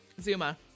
Zuma